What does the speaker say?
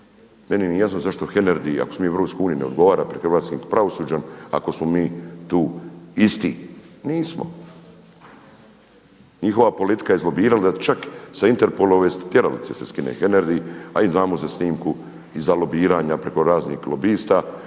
Meni nije jasno zašto Hernadi ako smo mi u EU ne odgovara pred hrvatskim pravosuđem ako smo mi tu isti? Nismo. Njihova politika je izlobirala da čak sa Interpolove tjeralice se skine Hernadi, a i znamo za snimku iz lobiranja preko raznih lobista